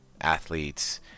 athletes